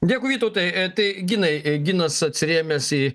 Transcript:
dėkui vytautai tai ginai ginas atsirėmęs į